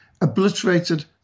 obliterated